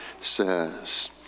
says